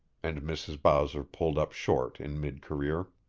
and mrs. bowser pulled up short in mid career.